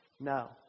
No